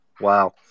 Wow